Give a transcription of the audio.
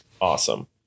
awesome